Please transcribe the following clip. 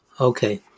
Okay